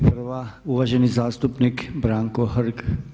Prva uvaženi zastupnik Branko Hrg.